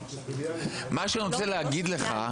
מה שאני רוצה להגיד לך,